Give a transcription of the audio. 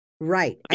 right